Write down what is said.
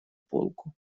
полку